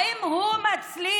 האם הוא מצליח